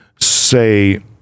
say